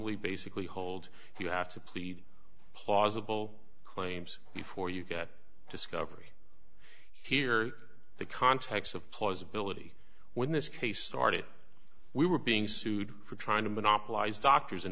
twamley basically hold you have to plead plausible claims before you get discovery here the context of plausibility when this case started we were being sued for trying to monopolize doctors